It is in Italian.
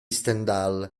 stendhal